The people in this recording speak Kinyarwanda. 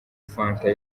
fanta